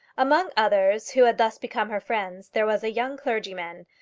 among others who had thus become her friends there was a young clergyman,